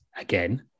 again